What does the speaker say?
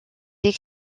des